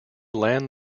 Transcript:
land